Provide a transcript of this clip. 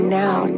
now